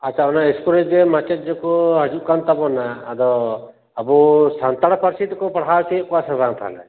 ᱟᱪᱪᱷᱟ ᱚᱱᱟ ᱤᱥᱠᱩᱞ ᱨᱮ ᱡᱮ ᱢᱟᱪᱮᱫ ᱡᱮᱠᱚ ᱦᱤᱡᱩᱜ ᱠᱟᱱ ᱛᱟᱵᱚᱱᱟ ᱟᱫᱚ ᱟᱵᱚ ᱥᱟᱱᱛᱟᱲ ᱯᱟᱹᱨᱥᱤ ᱛᱮᱠᱚ ᱯᱟᱲᱦᱟᱣ ᱚᱪᱚᱭᱮᱫ ᱠᱚᱣᱟ ᱥᱮ ᱵᱟᱝ ᱛᱟᱦᱚᱞᱮ